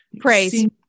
praise